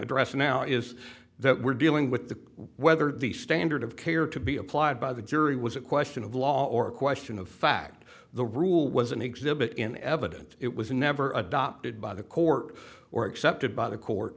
address now is that we're dealing with the whether the standard of care to be applied by the jury was a question of law or a question of fact the rule was an exhibit in evidence it was never adopted by the court or accepted by the